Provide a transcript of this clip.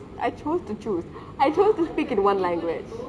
I chose to choose I chose to speak in one language